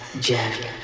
Jack